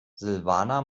silvana